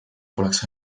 poleks